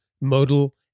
Modal